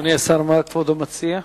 אדוני השר, מה כבודו מציע?